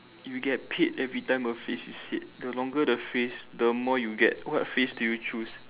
if you get paid every time a phrase is said the longer the phrase the more you get what phrase do you choose